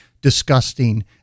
disgusting